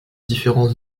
différents